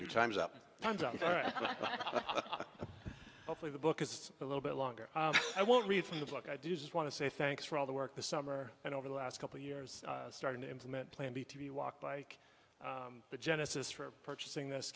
your time's up i'm hopefully the book is a little bit longer i won't read from the book i do just want to say thanks for all the work this summer and over the last couple of years starting to implement plan b to b walk bike the genesis for purchasing this